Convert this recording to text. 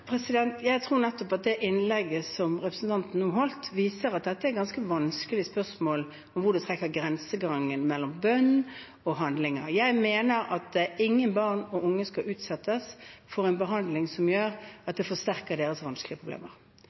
Jeg tror nettopp at det innlegget som representanten nå holdt, viser at dette er ganske vanskelige spørsmål om hvor man trekker grensegangen mellom bønn og handlinger. Jeg mener at ingen barn og unge skal utsettes for en behandling som gjør at det forsterker deres vanskelige problemer